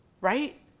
right